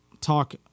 talk